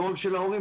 לא רק של ההורים,